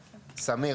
סמיר,